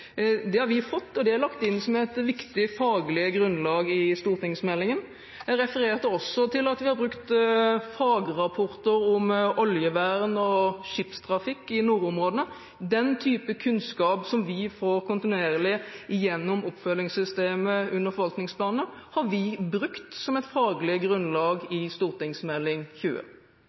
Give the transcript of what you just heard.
Det har vi fått, og det er lagt inn som et viktig faglig grunnlag i stortingsmeldingen. Jeg refererte også til at vi har brukt fagrapporter om oljevern og skipstrafikk i nordområdene. Den type kunnskap som vi får kontinuerlig gjennom oppfølgingssystemet under forvaltningsplaner, har vi brukt som et faglig grunnlag